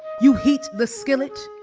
you heat the skillet.